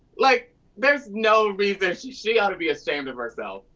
like there's no reason. she she ought to be ashamed of herself,